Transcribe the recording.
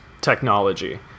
technology